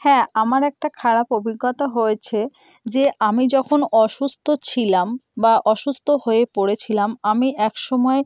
হ্যাঁ আমার একটা খারাপ অভিজ্ঞতা হয়েছে যে আমি যখন অসুস্থ ছিলাম বা অসুস্থ হয়ে পড়েছিলাম আমি এক সময়